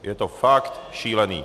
Je to fakt šílený.